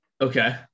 Okay